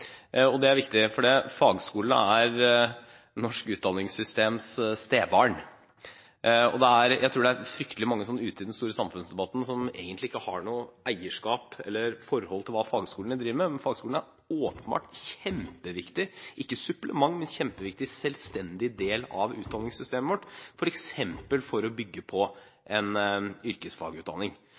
Det er viktig, for fagskolene er norsk utdanningssystems stebarn. Jeg tror det er fryktelig mange ute i den store samfunnsdebatten som egentlig ikke har noe eierskap eller forhold til hva fagskolene driver med, men fagskolene er åpenbart kjempeviktige – ikke som et supplement til, men som en selvstendig del av utdanningssystemet vårt, f.eks. for å bygge på en yrkesfagutdanning.